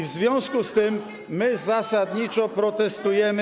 W związku z tym my zasadniczo protestujemy.